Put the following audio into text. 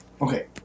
Okay